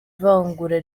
vangura